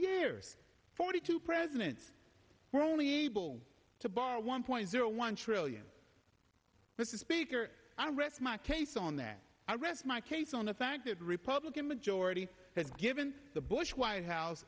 years forty two presidents were only able to borrow one point zero one trillion this is speaker i rest my case on that i rest my case on the fact that republican majority that given the bush white house